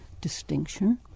distinction